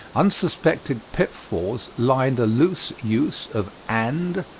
unsuspected pitfalls lie in the loose use of and,